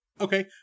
Okay